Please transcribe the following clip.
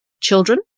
children